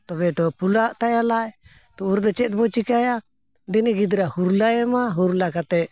ᱛᱚᱵᱮ ᱛᱚ ᱯᱷᱩᱞᱟᱹᱜ ᱛᱟᱭᱟ ᱞᱟᱡ ᱛᱚ ᱩᱱ ᱨᱮᱫᱚ ᱪᱮᱫᱵᱚᱱ ᱪᱤᱠᱟᱹᱭᱟ ᱫᱤᱱᱤ ᱜᱤᱫᱽᱨᱟᱹ ᱦᱩᱨᱞᱟᱹᱭᱮᱢᱟ ᱦᱩᱨᱞᱟᱹ ᱠᱟᱛᱮ